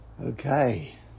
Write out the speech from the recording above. Okay